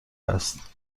است